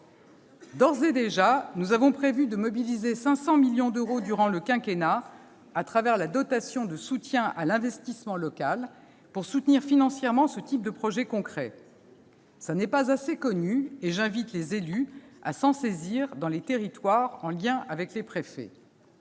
d'ores et déjà prévu de mobiliser 500 millions d'euros durant le quinquennat au travers de la dotation de soutien à l'investissement local, pour soutenir financièrement ce type de projets concrets. Cela n'est pas assez connu, et j'invite les élus à s'en saisir dans les territoires, en liaison avec les préfets